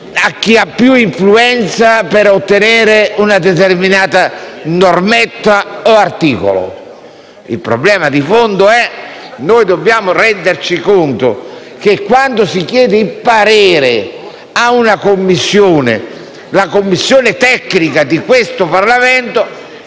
da chi ha più influenza per ottenere una determinata normetta o articolo. Il problema di fondo è che noi dobbiamo renderci conto che quando si chiede il parere ad una Commissione tecnica di questo Parlamento,